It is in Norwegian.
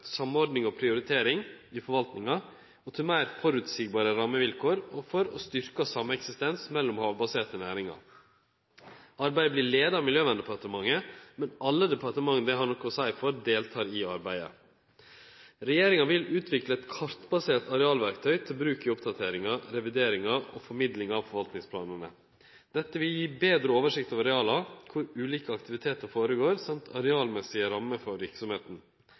samordning og prioritering i forvaltninga, meir føreseielege rammevilkår og til å styrkje sameksistensen mellom havbaserte næringar. Arbeidet vert leia av Miljøverndepartementet, men alle departementa det har noko å seie for, deltek i arbeidet. Regjeringa vil utvikle eit kartbasert arealverktøy til bruk i oppdateringa, revideringa og formidlinga av forvaltningsplanane. Dette vil gje ei betre oversikt over areala kor dei ulike aktivitetane går føre seg, og dessutan gje arealmessige rammer for